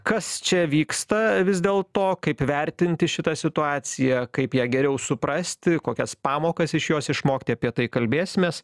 kas čia vyksta vis dėlto kaip vertinti šitą situaciją kaip ją geriau suprasti kokias pamokas iš jos išmokti apie tai kalbėsimės